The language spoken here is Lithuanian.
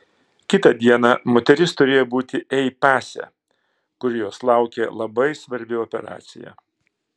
kitą dieną moteris turėjo būti ei pase kur jos laukė labai svarbi operacija